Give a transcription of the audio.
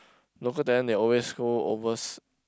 local talent they always go overs~